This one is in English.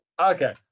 Okay